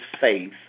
faith